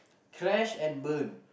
crash and burn